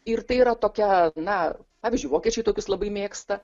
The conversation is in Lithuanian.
ir tai yra tokia na pavyzdžiui vokiečiai tokius labai mėgsta